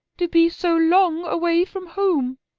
to be so long away from home.